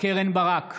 קרן ברק,